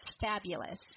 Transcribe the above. fabulous